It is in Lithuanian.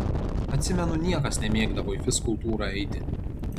atsimenu niekas nemėgdavo į fizkultūrą eiti